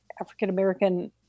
African-American